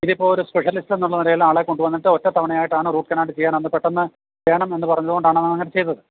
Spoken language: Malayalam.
ഇതിപ്പോൾ ഒരു സ്പെഷ്യലിസ്റ്റ് എന്നുള്ള നിലയിൽ ആളെ കൊണ്ടുവന്നിട്ട് ഒറ്റ തവണയായിട്ടാണ് റൂട്ട് കനാല് ചെയ്യാൻ പെട്ടെന്ന് വേണം എന്ന് പറഞ്ഞതു കൊണ്ടാണ് നമ്മൾ അങ്ങനെ ചെയ്തത്